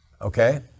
Okay